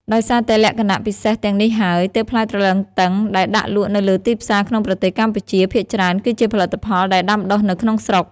ដោយសារតែលក្ខណៈពិសេសទាំងនេះហើយ ទើបផ្លែទ្រលឹងទឹងដែលដាក់លក់នៅលើទីផ្សារក្នុងប្រទេសកម្ពុជា ភាគច្រើនគឺជាផលិតផលដែលដាំដុះនៅក្នុងស្រុក។